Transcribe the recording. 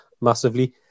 massively